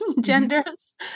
genders